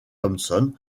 thompson